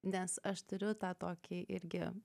nes aš turiu tą tokį irgi